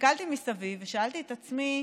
הסתכלתי מסביב ושאלתי את עצמי: